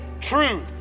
truth